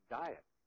diet